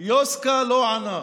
יוסי, לא ענה,